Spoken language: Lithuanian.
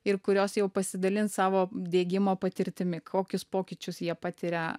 ir kurios jau pasidalins savo diegimo patirtimi kokius pokyčius jie patiria